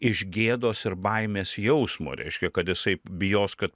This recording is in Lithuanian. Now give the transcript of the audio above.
iš gėdos ir baimės jausmo reiškia kad jisai bijos ka